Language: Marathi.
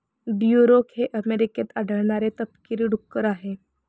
ड्युरोक हे अमेरिकेत आढळणारे तपकिरी डुक्कर आहे